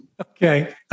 Okay